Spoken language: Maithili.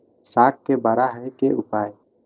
साग के बड़ा है के उपाय?